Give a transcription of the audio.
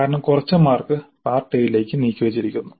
കാരണം കുറച്ച് mark part എയിലേക്ക് നീക്കിവച്ചിരിക്കുന്നു